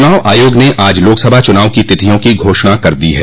चुनाव आयोग ने आज लोकसभा चुनाव की तिथियों की घोषणा कर दी है